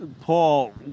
paul